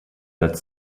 that